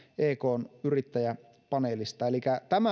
ekn yrittäjäpaneelista elikkä tämä